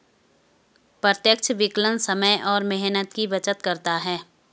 प्रत्यक्ष विकलन समय और मेहनत की बचत करता है